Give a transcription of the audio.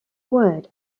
word